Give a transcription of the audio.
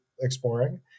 exploring